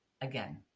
again